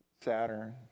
Saturn